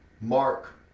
Mark